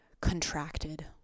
contracted